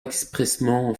expressément